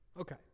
Okay